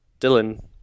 Dylan